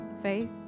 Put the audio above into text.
Faith